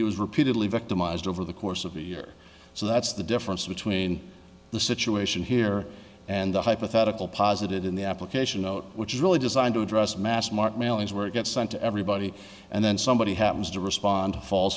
he was repeatedly victimized over the course of a year so that's the difference between the situation here and the hypothetical posited in the application note which is really designed to address massmart mailings where it gets sent to everybody and then somebody happens to respond to fall